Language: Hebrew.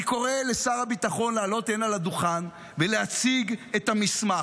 אני קורא לשר הביטחון לעלות הינה לדוכן ולהציג את המסמך.